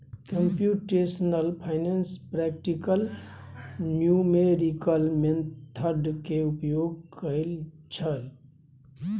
computational finance practical numerical method के उपयोग करइ छइ